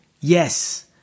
Yes